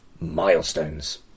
MILESTONES